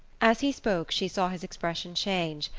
as he spoke she saw his expression change,